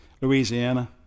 Louisiana